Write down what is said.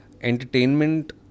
Entertainment